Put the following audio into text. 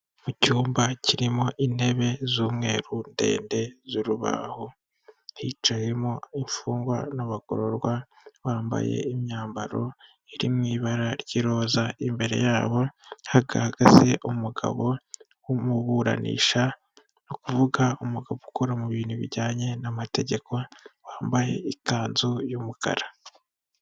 Mu cyumba kirimo intebe z'umweru ndende z'urubaho hicayemo imfungwa n'abagororwa bambaye imyambaro iri mu ibara ry'iroza imbere yabo hahagaze umugabo wumuburanisha novuga umugabo ukora mu bintu bijyanye n'amategeko wambaye ikanzu y'umukara.